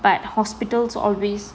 but hospitals always